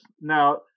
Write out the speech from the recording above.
Now